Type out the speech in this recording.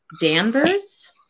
Danvers